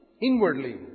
Inwardly